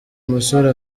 musore